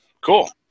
cool